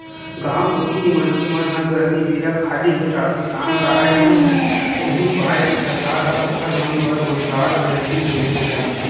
गाँव कोती के मनखे मन ह गरमी बेरा खाली हो जाथे काम राहय नइ उहीं पाय के सरकार ह ओखर मन बर रोजगार गांरटी योजना चलाथे